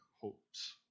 Hope's